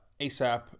ASAP